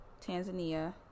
Tanzania